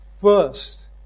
first